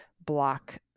block